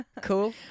cool